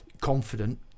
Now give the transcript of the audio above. confident